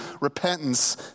repentance